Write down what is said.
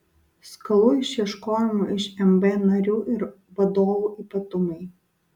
skolų išieškojimo iš mb narių ir vadovų ypatumai